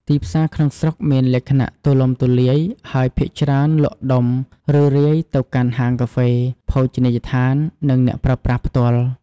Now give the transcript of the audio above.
ទីផ្សារក្នុងស្រុកមានលក្ខណៈទូលំទូលាយ ហើយភាគច្រើនលក់ដុំ ឬរាយទៅកាន់ហាងកាហ្វេ ភោជនីយដ្ឋាន និងអ្នកប្រើប្រាស់ផ្ទាល់។